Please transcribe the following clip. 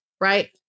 right